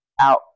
out